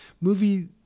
movie